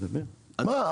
מה?